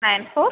nine four